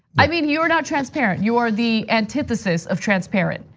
i mean, you're not transparent. you are the antithesis of transparent.